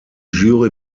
jury